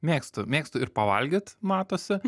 mėgstu mėgstu ir pavalgyt matosi